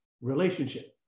relationship